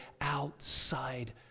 outside